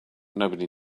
nobody